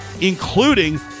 including